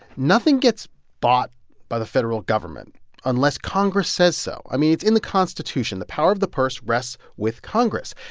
nothing gets bought by the federal government unless congress says so. i mean, it's in the constitution. the power of the purse rests with congress.